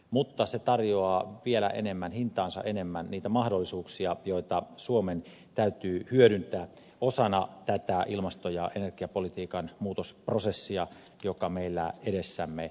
mutta se tarjoaa vielä enemmän hintaansa enemmän niitä mahdollisuuksia joita suomen täytyy hyödyntää osana tätä ilmasto ja energiapolitiikan muutosprosessia joka meillä edessämme on